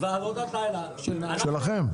שלכם.